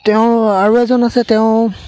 তেওঁ আৰু এজন আছে তেওঁ